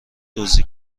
دزدی